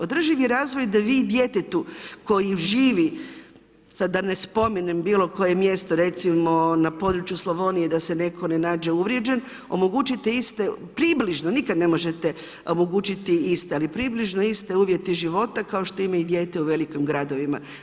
Održivi razvoj je da vi djetetu, koji živi, sada da ne spominjem, bilo koje mjesto, recimo na području Slavonije, da se nitko ne nađe uvrijeđen, omogućiti isti, približno, nikada ne možete omogućiti iste, ali približno iste uvjete života, kao što ima i dijete u velikim gradovima.